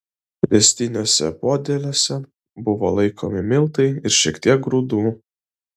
ręstiniuose podėliuose buvo laikomi miltai ir šiek tiek grūdų